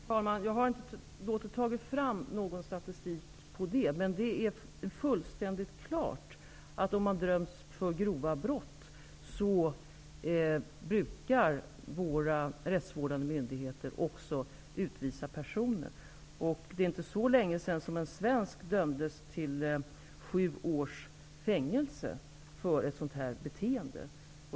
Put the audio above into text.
Fru talman! Jag har inte låtit ta fram någon statistik på det, men det är fullständigt klart att våra rättsvårdande myndigheter också brukar utvisa personer som har dömts för grova brott. Det är inte så länge sedan som en svensk dömdes till sju års fängelse för ett sådant beteende.